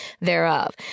thereof